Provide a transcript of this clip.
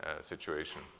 situation